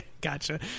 gotcha